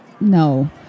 No